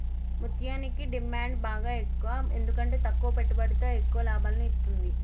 ముత్యనికి డిమాండ్ బాగ ఎక్కువ ఎందుకంటే తక్కువ పెట్టుబడితో ఎక్కువ లాభాలను ఇత్తుంది